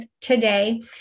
today